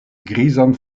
grizan